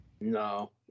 No